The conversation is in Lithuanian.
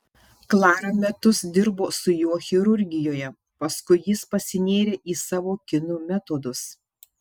klara metus dirbo su juo chirurgijoje paskui jis pasinėrė į savo kinų metodus